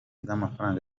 z’amafaranga